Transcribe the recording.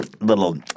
little